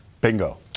Bingo